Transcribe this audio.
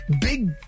big